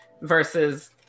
versus